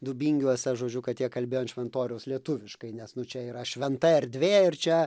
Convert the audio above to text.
dubingiuose žodžiu kad jie kalbėjo ant šventoriaus lietuviškai nes nu čia yra šventa erdvė ir čia